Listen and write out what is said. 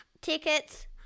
tickets